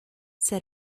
said